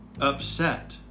upset